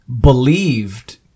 believed